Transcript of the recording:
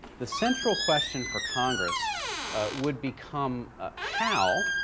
the central question for congress would become how,